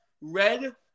red